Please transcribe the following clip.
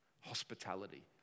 hospitality